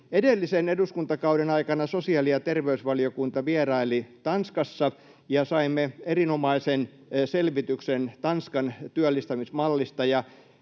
Edellisen eduskuntakauden aikana sosiaali- ja terveysvaliokunta vieraili Tanskassa ja saimme erinomaisen selvityksen Tanskan työllistämismallista.